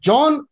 John